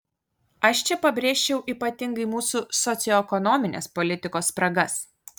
aš čia pabrėžčiau ypatingai mūsų socioekonominės politikos spragas